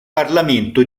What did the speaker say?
parlamento